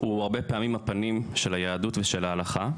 הוא הרבה פעמים הפנים של היהדות ושל ההלכה,